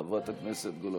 חברת הכנסת גולן.